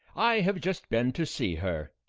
i have just been to see her,